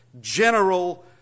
general